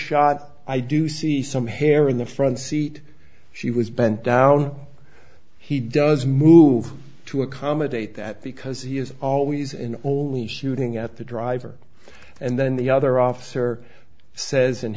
shot i do see some hair in the front seat she was bent down he does move to accommodate that because he is always in only shooting at the driver and then the other officer says